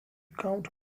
count